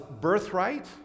birthright